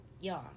y'all